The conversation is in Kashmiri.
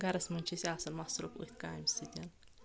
گرَس منٛز چھِ أسۍ آسان مَصروٗف أتھۍ کامہِ سۭتۍ